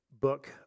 book